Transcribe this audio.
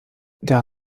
der